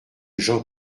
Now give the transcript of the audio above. jean